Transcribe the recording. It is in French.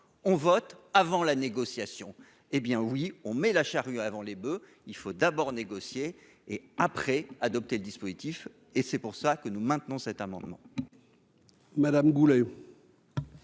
on vote avant la négociation, hé bien, oui, on met la charrue avant les boeufs, il faut d'abord négocier et après adopté le dispositif et c'est pour ça que nous maintenons cet amendement Madame Goulet.